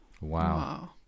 Wow